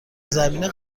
زمینه